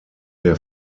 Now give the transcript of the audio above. der